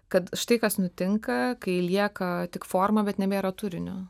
kad štai kas nutinka kai lieka tik forma bet nebėra turinio